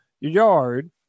yard